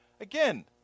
Again